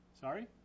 Sorry